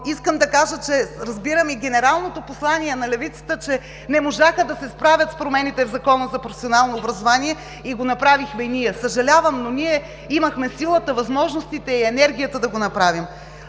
искам да кажа, че разбирам и генералното послание на левицата, че не можаха да се справят с промените в Закона за професионалното образование и обучение и го направихме ние. Съжалявам, но ние имахме силата, възможностите и енергията да го направим.